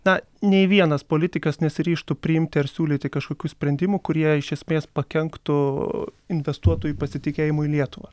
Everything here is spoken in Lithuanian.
na nei vienas politikas nesiryžtų priimti ar siūlyti kažkokių sprendimų kurie iš esmės pakenktų investuotojų pasitikėjimui lietuva